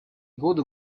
годы